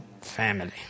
family